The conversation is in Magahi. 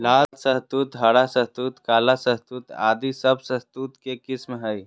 लाल शहतूत, हरा शहतूत, काला शहतूत आदि सब शहतूत के किस्म हय